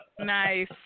Nice